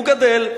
הוא גדֵל.